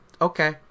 okay